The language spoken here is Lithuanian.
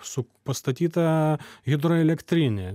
su pastatyta hidroelektrine